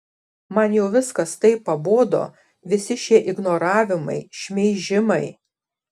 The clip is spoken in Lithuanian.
man jau viskas taip pabodo visi šie ignoravimai šmeižimai